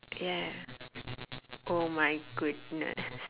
ya oh my goodness